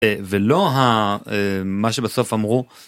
ולא ה... מה שבסוף אמרו.